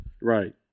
Right